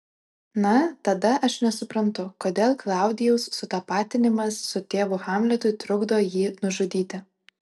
na tada aš nesuprantu kodėl klaudijaus sutapatinimas su tėvu hamletui trukdo jį nužudyti